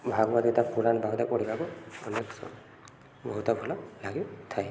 ଭାଗବତ ପୁରାଣ ଭାଗବତ ପଢ଼ିବାକୁ ଅନେକ ବହୁତ ଭଲ ଲାଗିଥାଏ